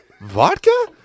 vodka